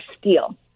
steal